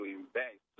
invest